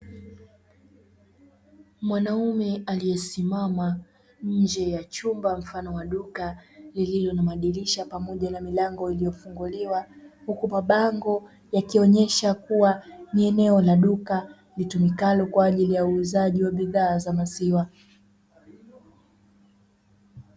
Mwanaume aliyesimama nje ya chumba mfano wa duka lililo na madirisha pamoja na milango iliyofunguliwa, huku mabango yakionyesha kuwa ni eneo la duka litumikalo kwa ajili ya uuzaji wa bidhaa za maziwa.